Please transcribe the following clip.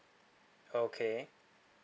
okay